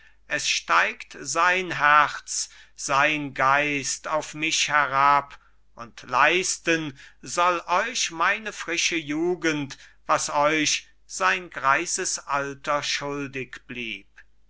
es steigt sein herz sein geist auf mich herab und leisten soll euch meine frische jugend was euch sein greises alter schuldig blieb